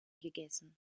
gegessen